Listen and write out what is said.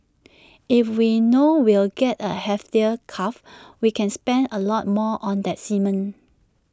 if we know we'll get A heifer calf we can spend A lot more on that semen